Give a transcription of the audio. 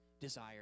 desire